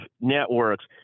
networks